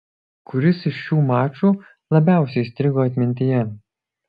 kuris iš šių mačų labiausiai įstrigo atmintyje